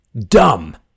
dumb